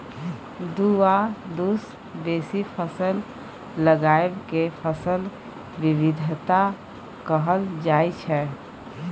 दु आ दु सँ बेसी फसल लगाएब केँ फसल बिबिधता कहल जाइ छै